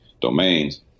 domains